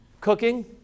Cooking